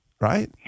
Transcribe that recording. right